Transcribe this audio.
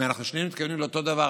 ואם אנחנו שנינו מתכוונים לאותו דבר,